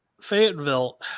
Fayetteville